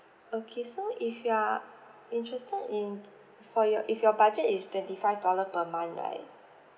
okay so if you are interested in for your if your budget is twenty five dollar per month right